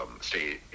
stay